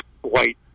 white